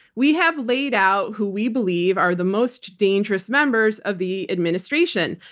we have laid out who we believe are the most dangerous members of the administration,